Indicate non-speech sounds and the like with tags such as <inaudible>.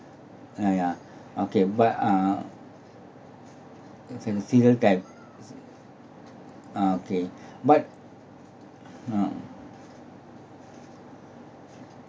uh yeah okay but uh it's in the season that okay <breath> but uh